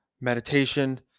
meditation